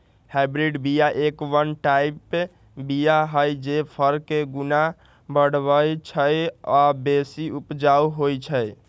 hybrid बीया F one type बीया हई जे फर के गुण बढ़बइ छइ आ बेशी उपजाउ होइ छइ